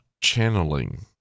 channeling